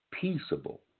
peaceable